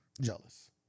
jealous